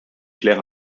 clerc